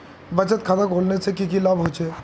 बचत खाता खोलने से की की लाभ होचे?